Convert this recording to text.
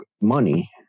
money